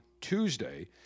Tuesday